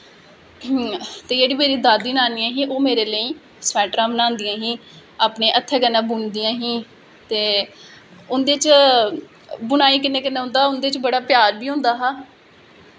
ते जेह्ड़ी दादी नानियां हां ओह् मेरे लेई सवैट्टरां बनांदियां हां अपनें हत्थैं कन्नैं बुनदियां हां ते उंदे च बुनाई कन्नैं कन्नैं उंदे च बड़ा प्यार बी होंदा हा